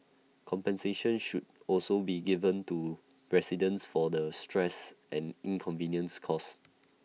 compensation should also be given to residents for the stress and inconvenience caused